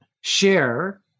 share